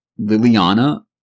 Liliana